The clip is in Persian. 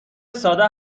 ساده